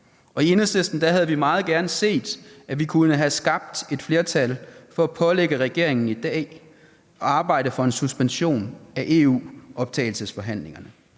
I Enhedslisten havde vi meget gerne set, at vi kunne have skabt et flertal for at pålægge regeringen i dag at arbejde for en suspension af EU's optagelsesforhandlinger.